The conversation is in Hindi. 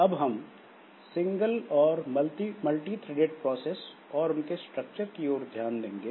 अब हम सिंगल और मल्टी थ्रेडेड प्रोसेस और उनके स्ट्रक्चर की ओर ध्यान देंगे